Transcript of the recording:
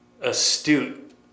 astute